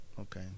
Okay